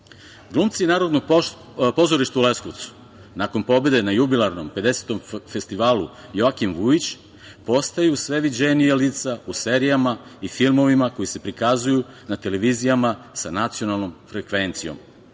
godine. Glumci Narodnog pozorišta u Leskovcu, nakon pobede na jubilarnom 50. festivalu "Joakim Vujić", postaju sve viđenija lica u serijama i filmovima koji se prikazuju na televizijama sa nacionalnom frekvencijom. Ova